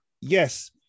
yes